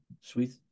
Sweet